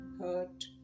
hurt